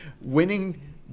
Winning